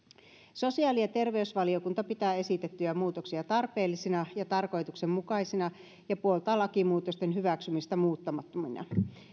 sosiaali ja terveysvaliokunta pitää esitettyjä muutoksia tarpeellisina ja tarkoituksenmukaisina ja puoltaa lakimuutosten hyväksymistä muuttamattomina